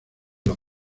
los